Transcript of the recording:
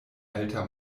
alta